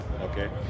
Okay